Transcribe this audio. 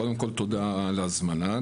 קודם כל, תודה על ההזמנה.